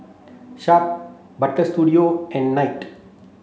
Sharp Butter Studio and Knight